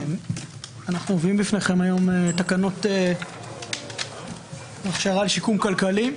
מביאים בפניכם היום תקנות הכשרה לשיקום כלכלי.